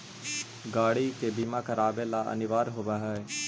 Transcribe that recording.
गाड़ि के बीमा करावे ला अनिवार्य होवऽ हई